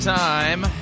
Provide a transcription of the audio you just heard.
time